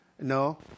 no